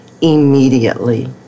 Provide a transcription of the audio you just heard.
immediately